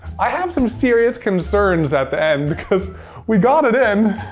i have some serious concerns at the end because we got it in